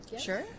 Sure